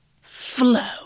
flow